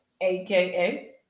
aka